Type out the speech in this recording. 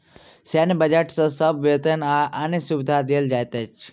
सैन्य बजट सॅ सभक वेतन आ अन्य सुविधा देल जाइत अछि